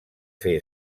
fer